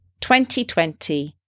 2020